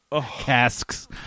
Casks